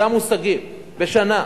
זה המושגים, בשנה.